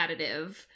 additive